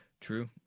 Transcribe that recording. True